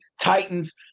Titans